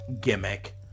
gimmick